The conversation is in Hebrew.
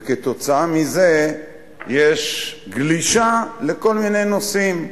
ובגלל זה יש גלישה לכל מיני נושאים,